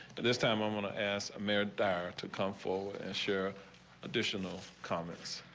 and this time i want to ask a man that are to come forward and share additional comments.